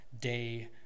day